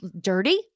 Dirty